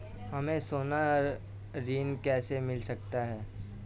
हमें सोना ऋण कैसे मिल सकता है?